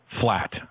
flat